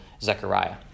Zechariah